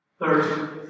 Third